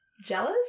jealous